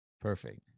Perfect